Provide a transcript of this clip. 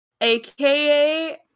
aka